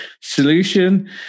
Solution